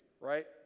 right